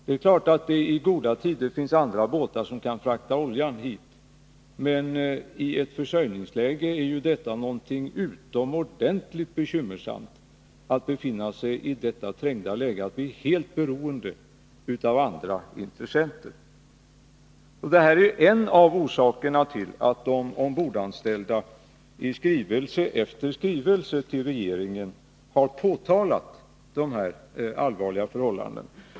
Det är klart att det i goda tider finns andra båtar som kan frakta oljan hit. Men i en försörjningskris är det mycket bekymmersamt att befinna sig i detta trängda läge, att vi är helt beroende av andra intressenter. Det här är en av orsakerna till att de ombordanställda i skrivelse efter skrivelse till regeringen har påtalat dessa allvarliga förhållanden.